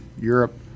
Europe